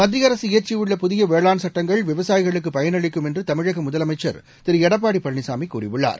மத்திய அரசு இயற்றியுள்ள புதிய வேளாண் சட்டங்கள் விவசாயிகளுக்கு பயன் அளிக்கும் என்று தமிழக முதலமைச்சர் திரு எடப்பாடி பழனிச்சாமி கூறியுள்ளார்